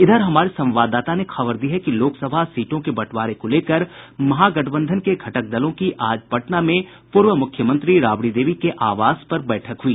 इधर हमारे संवाददाता ने खबर दी है कि लोकसभा सीटों के बंटवारे को लेकर महागठबंधन के घटक दलों की आज पटना में पूर्व मुख्यमंत्री राबड़ी देवी के आवास पर बैठक हुई